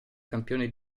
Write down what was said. campione